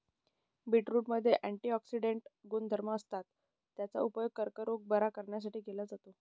बीटरूटमध्ये अँटिऑक्सिडेंट गुणधर्म असतात, याचा उपयोग कर्करोग बरा करण्यासाठी केला जातो